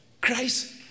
Christ